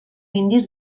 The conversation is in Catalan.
indis